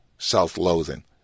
self-loathing